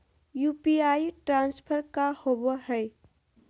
UPI transfer का होव हई?